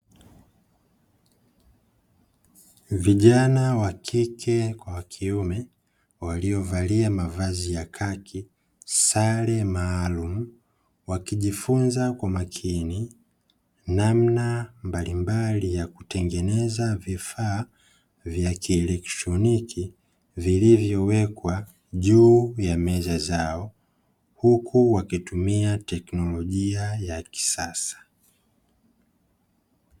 Vijana wa kike kwa wa kiume waliovalia mavazi ya kaki sare maalumu wakijifunza kwa makini namna mbalimbali ya kutengeneza vifaa vya kielektroniki vilivyowekwa juu ya meza zao huku wakitumia teknolojia ya kisasa.